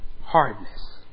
Hardness